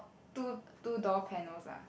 two two door panels ah